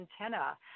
antenna